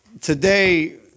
today